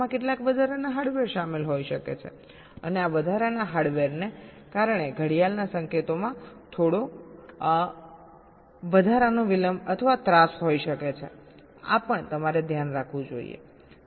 આમાં કેટલાક વધારાના હાર્ડવેર શામેલ હોઈ શકે છે અને આ વધારાના હાર્ડવેરને કારણે ઘડિયાળના સંકેતમાં થોડો વધારાનો વિલંબ અથવા ત્રાસ હોઈ શકે છે આ પણ તમારે ધ્યાનમાં રાખવું પડશે